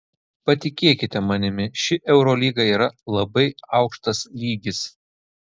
patikėkite manimi ši eurolyga yra labai aukštas lygis